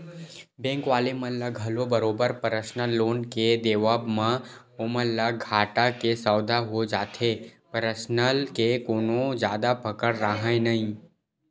bank वाले मन ल घलो बरोबर परसनल लोन के देवब म ओमन ल घाटा के सौदा हो जाथे परसनल के कोनो जादा पकड़ राहय नइ